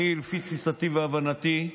לפי תפיסתי והבנתי,